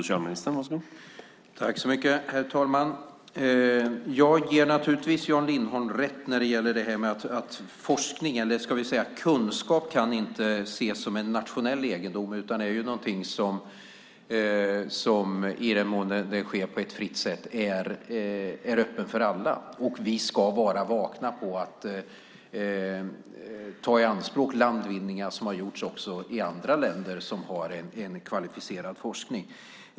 Herr talman! Jag ger naturligtvis Jan Lindholm rätt i att kunskap inte kan ses som en nationell egendom utan är någonting som, i den mån forskning sker på ett fritt sätt, är öppen för alla. Vi ska vara vakna på att ta i anspråk landvinningar som har gjorts också i andra länder som har en kvalificerad forskning.